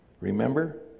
Remember